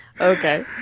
Okay